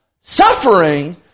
Suffering